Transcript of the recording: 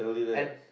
and